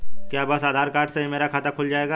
क्या बस आधार कार्ड से ही मेरा खाता खुल जाएगा?